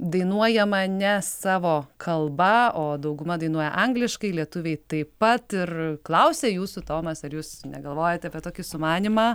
dainuojama ne savo kalba o dauguma dainuoja angliškai lietuviai taip pat ir klausia jūsų tomas ar jūs negalvojat apie tokį sumanymą